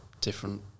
different